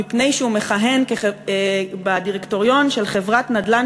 מפני שהוא מכהן בדירקטוריון של חברת נדל"ן